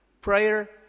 Prayer